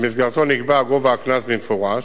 שבמסגרתו נקבע גובה הקנס במפורש,